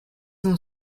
ont